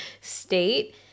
state